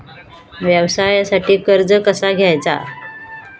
व्यवसायासाठी कर्ज कसा घ्यायचा?